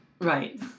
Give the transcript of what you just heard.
Right